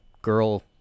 Girl